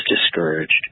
discouraged